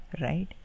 right